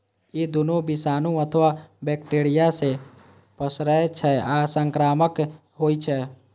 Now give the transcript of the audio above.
ई दुनू विषाणु अथवा बैक्टेरिया सं पसरै छै आ संक्रामक होइ छै